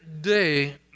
day